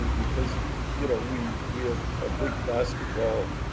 because you know we we have a big basketball.